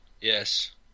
Yes